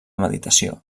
meditació